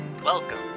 Welcome